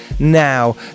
now